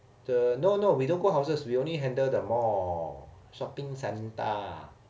the no no we don't go houses we only handle the mall shopping centre